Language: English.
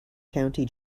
county